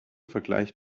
vergleicht